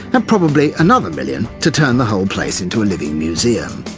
and probably another million to turn the whole place into a living museum.